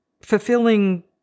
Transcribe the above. fulfilling